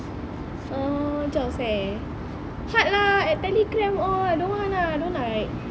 um jobs eh hard lah at telegram all I don't want ah I don't like